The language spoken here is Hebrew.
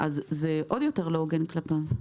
זה עוד יותר לא הוגן כלפיו.